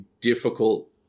difficult